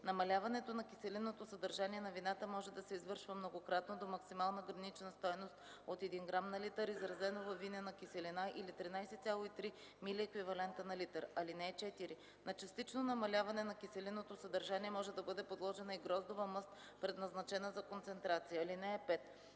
Намаляването на киселинното съдържание на вината може да се извършва многократно до максимална гранична стойност от 1 грам на литър, изразено във винена киселина, или 13,3 милиеквивалента на литър. (4) На частично намаляване на киселинното съдържание може да бъде подложена и гроздова мъст, предназначена за концентрация. (5)